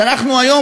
שאנחנו היום,